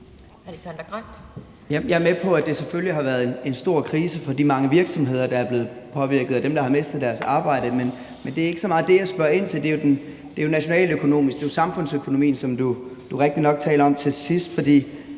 Jeg er med på, at det selvfølgelig har været en stor krise for de mange virksomheder, der er blevet påvirket, og dem, der har mistet deres arbejde. Men det er ikke så meget det, jeg spørger ind til. Det er jo det nationaløkonomiske, det er jo samfundsøkonomien, som du rigtigt nok taler om til sidst.